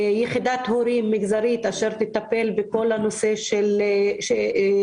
יחידת הורים מגזרית אשר תטפל בכל הנושא של שינוי